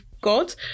God